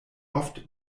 oft